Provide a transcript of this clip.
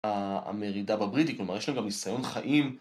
המרידה בבריטי, כלומר יש להם גם ניסיון חיים.